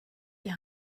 die